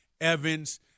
Evans